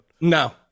No